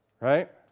Right